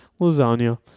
Lasagna